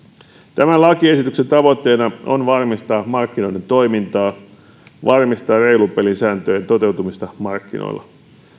tämän lakiesityksen tavoitteena on varmistaa markkinoiden toimintaa varmistaa reilun pelin sääntöjen toteutumista markkinoilla